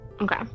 Okay